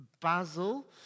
Basil